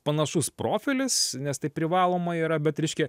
panašus profilis nes tai privaloma yra bet reiškia